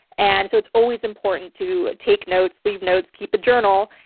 and so it's always important to take notes, leave notes, keep a journal.